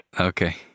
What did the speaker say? okay